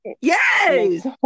Yes